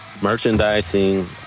merchandising